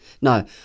No